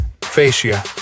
fascia